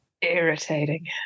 irritating